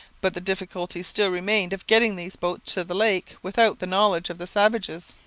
but the difficulty still remained of getting these boats to the lake without the knowledge of the savages.